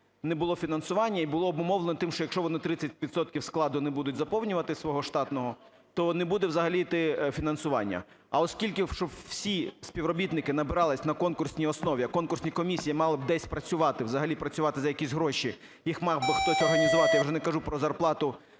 не було фінансування, і було обумовлено тим, що, якщо вони 30 відсотків складу не будуть заповнювати свого штатного, то не буде взагалі йти фінансування. А оскільки всі співробітники набиралися на конкурсній основі, а конкурсні комісії мали б десь працювати, взагалі працювати за якісь гроші, їх мав би хтось організувати, я вже не кажу про зарплату